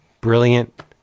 brilliant